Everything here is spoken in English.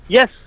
Yes